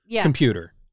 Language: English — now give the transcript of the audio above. computer